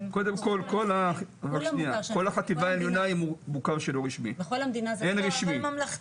כל החטיבה העליונה היא מוכר שאינו רשמי אין רשמי,